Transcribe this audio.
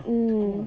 mm